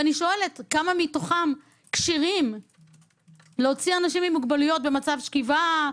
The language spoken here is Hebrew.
אני שואלת: כמה מתוכם כשירים להוציא אנשים עם מוגבלויות במצב שכיבה?